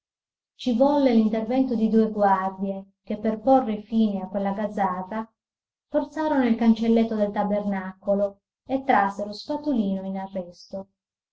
volle l'intervento di due guardie che per porre fine a quella gazzarra forzarono il cancelletto del tabernacolo e trassero spatolino in arresto